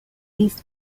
east